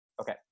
okay